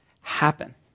happen